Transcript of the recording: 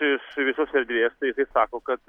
iš visos erdvės tai jisai sako kad